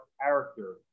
character